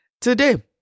Today